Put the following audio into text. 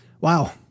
Wow